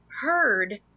heard